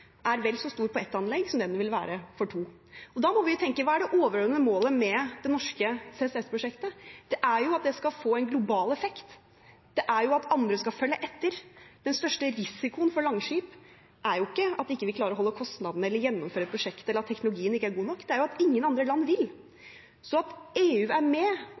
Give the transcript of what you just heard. er vel så stor på ett anlegg som det den vil være for to. Da må vi tenke: Hva er det overordnede målet med det norske CCS-prosjektet? Det er jo at det skal få en global effekt, det er jo at andre skal følge etter. Den største risikoen for Langskip er ikke at vi ikke klarer å holde kostnadene eller gjennomføre prosjektet, eller at teknologien ikke er god nok. Det jo at ingen andre land vil. Så at EU er med